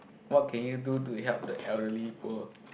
what can you do to help the elderly poor